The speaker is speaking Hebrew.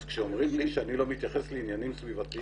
אז כשאומרים לי שאני לא מתייחס לעניינים סביבתיים,